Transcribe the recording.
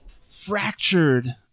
fractured